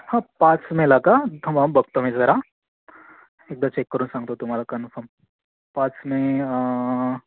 हां पाच मेला का हा थांबा बघतो मी जरा एकदा चेक करून सांगतो तुम्हाला कन्फर्म पाच मे